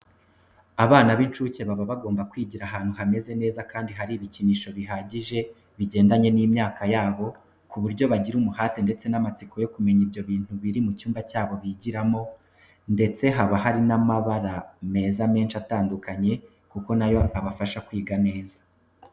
Abana b'incuke baba bagomba kwigira ahantu hameze neza kandi hari ibikinisho bihagije bigendanye n'imyaka yabo ku buryo bagira umuhate ndetse n'amatsiko yo kumenya ibyo bintu biri mu cyumba cyabo bigioramo, ndetse hari n'amabara meza menshi atandukanye kuko na yo abafasha kwiga neza.